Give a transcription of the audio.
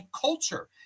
culture